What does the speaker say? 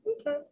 Okay